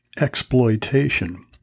exploitation